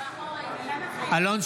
נגד קטי קטרין